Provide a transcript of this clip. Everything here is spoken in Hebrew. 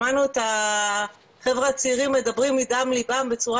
שמענו את החברה הצעירים מדברים מדם ליבם בצורה